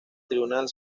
tribunal